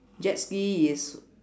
jet ski is